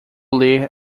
ler